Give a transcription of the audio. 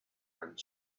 and